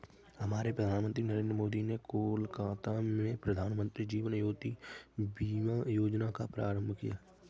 हमारे प्रधानमंत्री नरेंद्र मोदी ने कोलकाता में प्रधानमंत्री जीवन ज्योति बीमा योजना का प्रारंभ किया